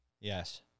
Yes